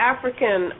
African